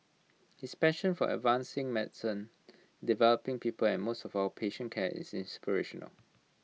his passion for advancing medicine developing people and most of all patient care is inspirational